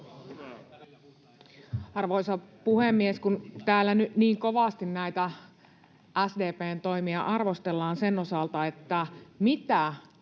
Arvoisa puhemies! Kun täällä nyt niin kovasti näitä SDP:n toimia arvostellaan sen osalta, mitä